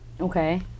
Okay